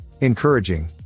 encouraging